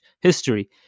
history